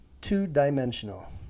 two-dimensional